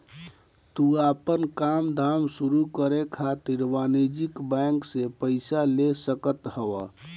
तू आपन काम धाम शुरू करे खातिर वाणिज्यिक बैंक से पईसा ले सकत हवअ